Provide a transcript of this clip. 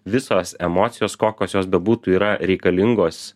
visos emocijos kokios jos bebūtų yra reikalingos